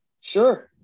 Sure